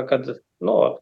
kad nu